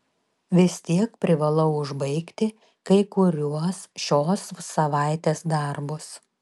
vis tiek privalau užbaigti kai kuriuos šios savaitės darbus